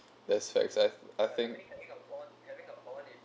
there's facts as I think